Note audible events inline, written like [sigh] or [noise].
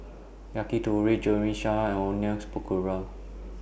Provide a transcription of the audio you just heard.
Yakitori [unintelligible] and Onions Pakora